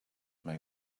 make